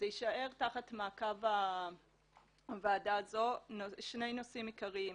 שתחת מעקב הוועדה הזאת יישארו שני נושאים עיקריים.